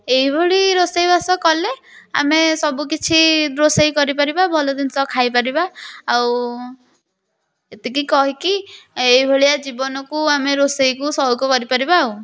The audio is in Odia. ଏଇଭଳି ରୋଷେଇବାସ କଲେ ଆମେ ସବୁକିଛି ରୋଷେଇ କରିପାରିବା ଭଲ ଜିନିଷ ଖାଇପାରିବା ଆଉ ଏତିକି କହିକି ଏଇଭଳିଆ ଜୀବନକୁ ଆମେ ରୋଷେଇକୁ ସଉକ କରିପାରିବା ଆଉ